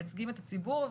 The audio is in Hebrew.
מייצגים את הציבור,